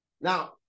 Now